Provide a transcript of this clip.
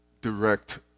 direct